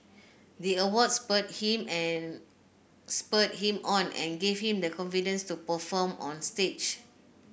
the award spurred him and spurred him on and gave him the confidence to perform on stage